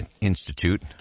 Institute